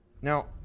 Now